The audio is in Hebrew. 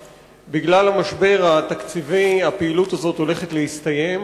בגלל המשבר התקציבי של העמותות הפעילות הזאת הולכת להסתיים,